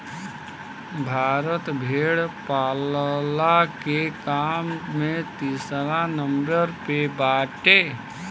भारत भेड़ पालला के काम में तीसरा नंबर पे बाटे